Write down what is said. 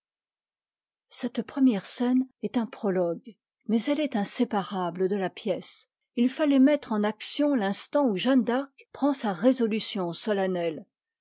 cette première scène est un prologue mais elle est inséparable de la pièce il fallait mettre en action l'instant où jeanne d'arc prend sa résolution solennelle